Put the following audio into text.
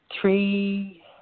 three